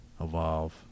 evolve